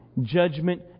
judgment